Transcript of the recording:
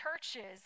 churches